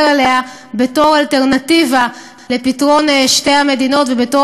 עליה בתור אלטרנטיבה לפתרון שתי המדינות ובתור